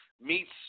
meets